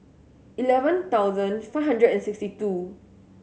eleven thousand five hundred and sixty two